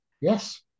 Yes